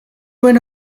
went